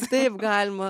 taip galima